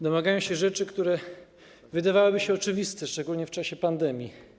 Domagają się oni rzeczy, które wydawałyby się oczywiste, szczególnie w czasie pandemii.